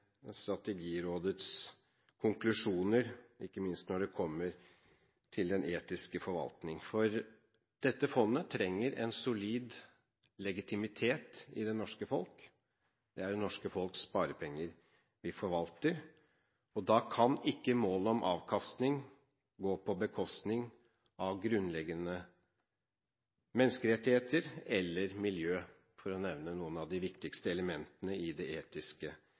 Strategirådets konklusjoner, ikke minst når det kommer til den etiske forvaltningen. For dette fondet trenger en solid legitimitet i det norske folk – det er det norske folks sparepenger vi forvalter – og da kan ikke målet om avkastning gå på bekostning av grunnleggende menneskerettigheter eller miljø, for å nevne noen av de viktigste elementene i det etiske